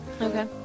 Okay